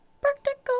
practical